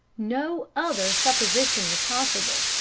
no other supposition was possible.